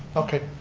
okay,